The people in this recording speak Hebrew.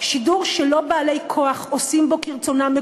שידור שלא בעלי כוח עושים בו כרצונם,